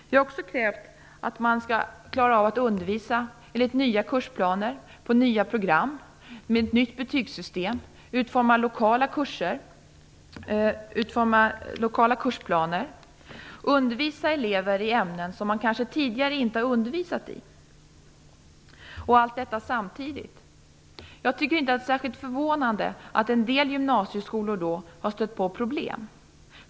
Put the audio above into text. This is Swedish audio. Vi har också krävt att man skall klara av att undervisa enligt nya kursplaner på nya program med ett nytt betygssystem, utforma lokala kurser och kursplaner och undervisa elever i ämnen som man kanske tidigare inte undervisat i - och allt detta samtidigt. Jag tycker inte att det är särskilt förvånande att en del gymnasieskolor då har stött på problem.